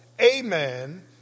amen